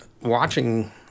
watching